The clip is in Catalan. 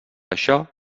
això